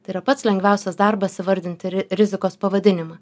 tai yra pats lengviausias darbas įvardinti rizikos pavadinimą